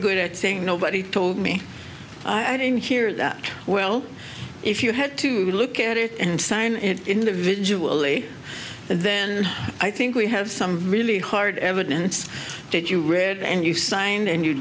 good at saying nobody told me i didn't hear that well if you had to look at it and sign individual e then i think we have some really hard evidence that you read and you signed and you